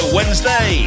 Wednesday